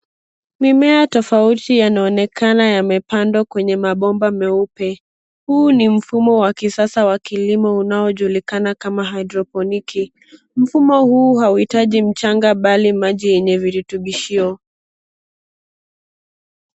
Mimea tofauti yanaonekana yamepandwa kwenye mabomba meupe. Huu ni mfumo ya kisasa wa kilimo unaojulikana kama hidroponiki . Mfumo huu hauitaji mchanga bali maji yenye virutubisho.